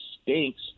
stinks